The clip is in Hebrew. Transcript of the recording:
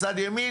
מצד ימין,